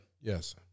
Yes